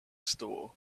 store